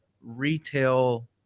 retail